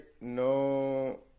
No